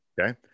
Okay